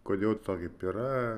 kodėl to kaip yra